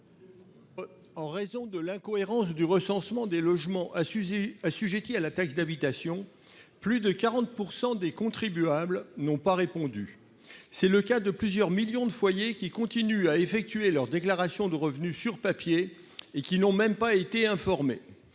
En raison de l'incohérence du recensement des logements assujettis à la taxe d'habitation, plus de 40 % des contribuables n'ont pas répondu. C'est le cas de plusieurs millions de foyers qui continuent à effectuer leur déclaration de revenus sur papier et qui n'ont même pas été informés.